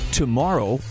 tomorrow